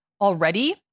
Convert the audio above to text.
already